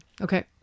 Okay